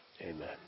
amen